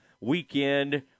weekend